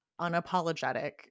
unapologetic